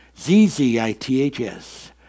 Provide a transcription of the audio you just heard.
z-z-i-t-h-s